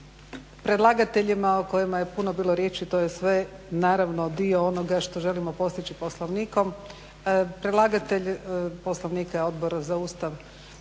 predlagateljima o kojima je puno bilo riječi, to je sve, naravno dio onoga što želimo postići Poslovnikom. Predlagatelj Poslovnika je Odbor za Ustav